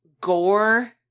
gore